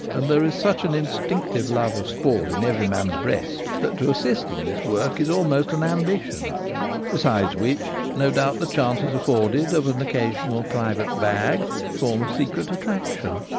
and there is such an instinctive love of sport in every man's breast, that to assist in this work is almost an ambition besides which, no doubt the chances afforded of an occasional private bag form a secret attraction.